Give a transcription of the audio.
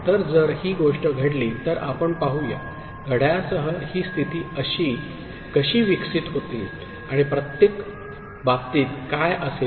तर जर ही गोष्ट घडली तर आपण पाहूया घड्याळासह ही स्थिती कशी विकसित होतील आणि प्रत्येक बाबतीत काय असेल